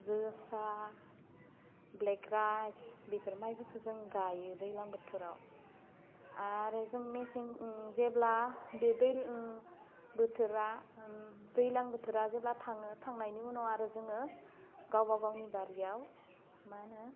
जोसा black rice बेफोर मायफोरखौ जों गायो दैलां बोथोराव आरो जों मेसें उम जेब्ला बैबेल उम बोथोरा ओम दैलां बोथोरा जेब्ला थाङो थांनायनि उनाव आरो जोङो गावबागावनि बारियाव मा होनो